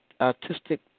artistic